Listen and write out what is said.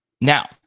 Now